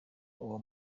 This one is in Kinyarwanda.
uwo